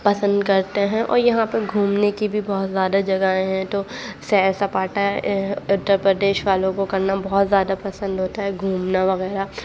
پسند کرتے ہیں اور یہاں پہ گھومنے کی بھی بہت زیادہ جگہیں ہیں تو سیر سپاٹا اتر پردیش والوں کو کرنا بہت زیادہ پسند ہوتا ہے گھومنا وغیرہ